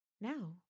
Now